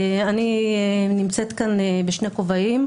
אני נמצאת כאן בשני כובעים,